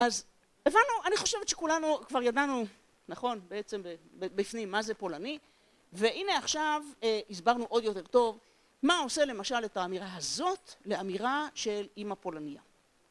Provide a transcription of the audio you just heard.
אז הבנו, אני חושבת שכולנו כבר ידענו, נכון, בעצם בפנים מה זה פולני, והנה עכשיו הסברנו עוד יותר טוב מה עושה למשל את האמירה הזאת לאמירה של אימא פולניה.